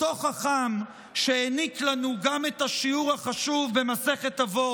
אותו חכם שהעניק לנו גם את השיעור החשוב במסכת אבות: